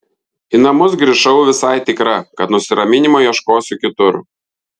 į namus grįžau visai tikra kad nusiraminimo ieškosiu kitur